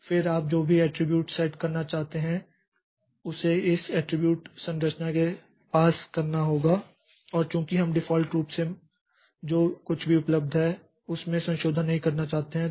फिर आप जो भी एट्रिब्यूट सेट करना चाहते हैं उसे इस एट्रिब्यूट संरचना में पास करना होगा और चूंकि हम डिफ़ॉल्ट रूप से जो कुछ भी उपलब्ध है उसमें संशोधन नहीं करना चाहते हैं